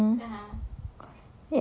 jurong